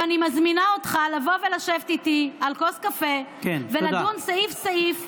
ואני מזמינה אותך לבוא ולשבת איתי על כוס קפה ולדון סעיף-סעיף,